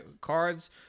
cards